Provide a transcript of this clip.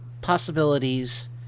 possibilities